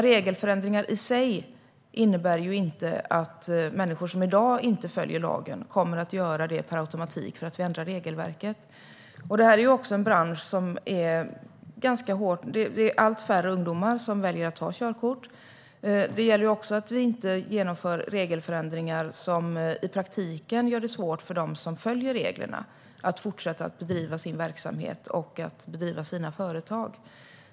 Regelförändringar i sig innebär dock inte att människor som i dag inte följer lagen per automatik kommer att göra det. Detta är också en bransch som är ganska hård. Det är allt färre ungdomar som väljer att ta körkort. Det gäller därför att vi inte genomför regelförändringar som i praktiken gör det svårt för dem som följer reglerna att fortsätta bedriva sin verksamhet och driva sina företag.